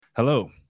Hello